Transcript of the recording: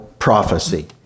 Prophecy